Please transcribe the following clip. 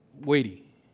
weighty